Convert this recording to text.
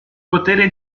potere